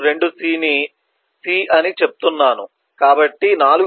2c అని చెప్తున్నాను కాబట్టి 4